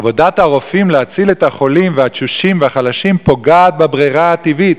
עבודת הרופאים להציל את החולים והתשושים והחלשים פוגעת בברירה הטבעית,